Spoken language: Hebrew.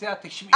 זה את תשמעי.